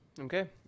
Okay